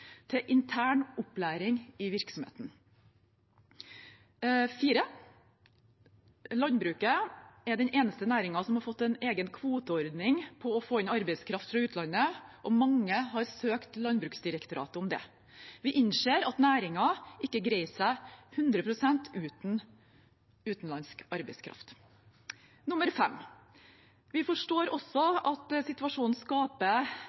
til intern opplæring i virksomheten. Landbruket er den eneste næringen som har fått en egen kvoteordning for å få inn arbeidskraft fra utlandet, og mange har søkt Landbruksdirektoratet om det. Vi innser at næringen ikke greier seg 100 pst. uten utenlandsk arbeidskraft. Vi forstår også at situasjonen skaper